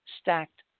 stacked